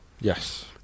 Yes